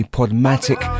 Podmatic